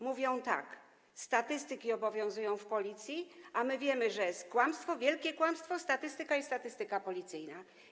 Mówią tak: statystyki obowiązują w Policji, a my wiemy, że jest kłamstwo, wielkie kłamstwo, statystyka i statystyka policyjna.